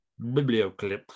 biblioclips